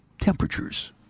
temperatures